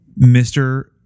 mr